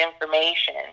information